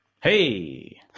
Hey